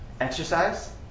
exercise